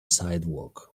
sidewalk